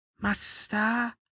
Master